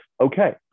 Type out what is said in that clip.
okay